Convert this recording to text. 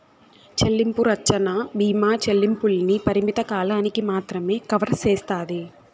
చెల్లింపు రచ్చన బీమా చెల్లింపుల్ని పరిమిత కాలానికి మాత్రమే కవర్ సేస్తాది